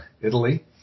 Italy